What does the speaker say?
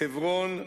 חברון,